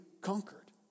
conquered